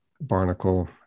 Barnacle